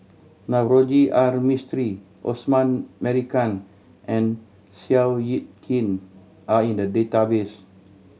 Navroji R Mistri Osman Merican and Seow Yit Kin are in the database